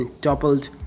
toppled